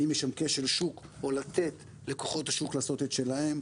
האם יש שם כשל שוק או לתת לכוחות השוק לעשות את שלהם,